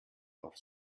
auf